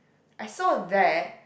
I saw that